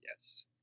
yes